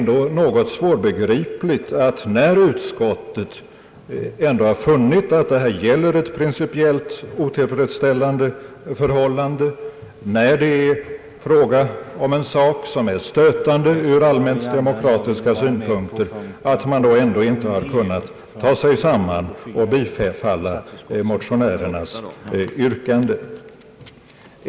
Men när utskottet ändå har funnit att det här gäller ett principiellt otillfredsställande förhållande och när det är fråga om en sak som är stötande ur allmänt demokratiska synpunkter, är det något svårbegripligt att inte utskottet kunnat ta sig samman och biträda motionärernas yrkande.